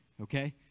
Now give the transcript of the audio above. okay